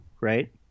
right